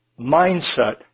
mindset